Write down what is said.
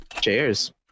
Cheers